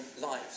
lives